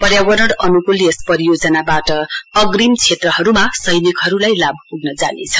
पर्यावरण अन्कूल यस परियोजनाबाट अग्रिं क्षेत्रहरूमा सैनिकहरूलाई लाभ प्ग्न जानेछ